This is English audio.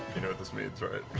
you know what this means, right?